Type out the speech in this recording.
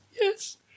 Yes